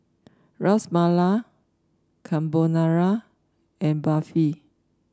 Ras Malai Carbonara and Barfi